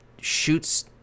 shoots